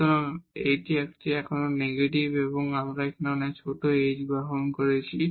সুতরাং এটি একটি এখনও নেগেটিভ আমরা এখন অনেক ছোট h গ্রহণ করেছি